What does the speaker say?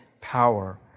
power